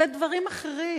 זה דברים אחרים.